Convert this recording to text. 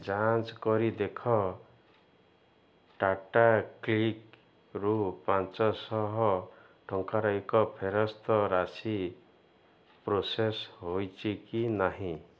ଯାଞ୍ଚ କରି ଦେଖ ଟାଟାକ୍ଲିକ୍ରୁ ପାଞ୍ଚଶହ ଟଙ୍କାର ଏକ ଫେରସ୍ତ ରାଶି ପ୍ରୋସେସ୍ ହୋଇଛି କି ନାହିଁ